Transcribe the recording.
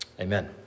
Amen